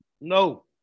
No